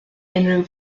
unrhyw